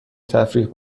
تفریح